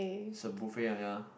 it's a buffet but ya